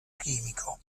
chimico